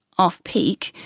off-peak,